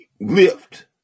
lift